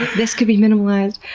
this could be minimalized,